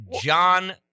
John